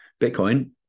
Bitcoin